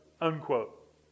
Unquote